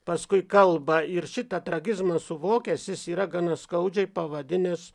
paskui kalba ir šitą tragizmą suvokęs jis yra gana skaudžiai pavadinęs